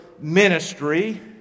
ministry